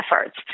efforts